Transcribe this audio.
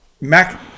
Mac –